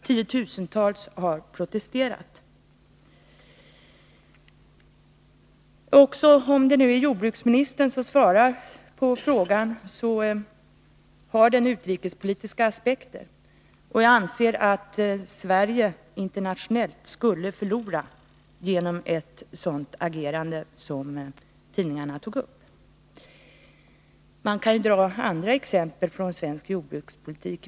10 000-tals har protesterat. Även om det är jordbruksministern som svarat på frågan, har den utrikespolitiska aspekter. Jag anser att Sverige internationellt skulle förlora genom ett sådant agerande som tidningarna tagit upp. Jag kan ta andra exempel från svensk jordbrukspolitik.